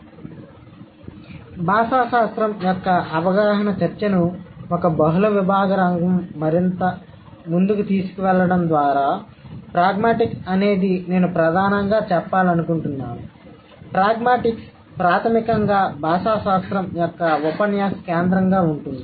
కాబట్టి భాషాశాస్త్రం యొక్క అవగాహన చర్చను ఒక బహుళ విభాగ రంగం మరింత ముందుకు తీసుకెళ్లడం ద్వారా ప్రాగ్మాటిక్స్ అనేది నేను ప్రధానంగా చెప్పాలనుకుంటున్నాను ప్రాగ్మాటిక్స్ ప్రాథమికంగా భాషాశాస్త్రం యొక్క ఉపన్యాస కేంద్రంగా ఉంటుంది